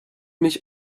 mich